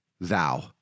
thou